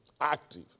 active